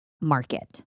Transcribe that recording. market